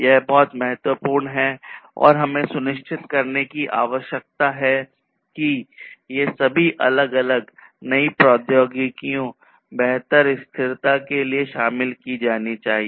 यह बहुत महत्वपूर्ण हैं और हमें यह सुनिश्चित करने की आवश्यकता है कि ये सभी अलग अलग नई प्रौद्योगिकियों बेहतर स्थिरता के लिए शामिल की जानी चाहिए